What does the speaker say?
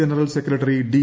general secretary D